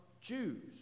Jews